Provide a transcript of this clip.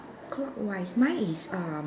clockwise mine is err